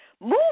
move